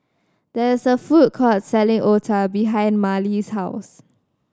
there is a food court selling otah behind Marley's house